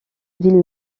ville